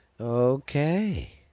Okay